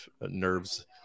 nerves